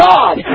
God